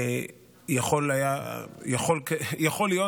יכול להיות,